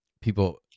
people